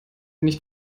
nicht